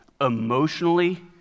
emotionally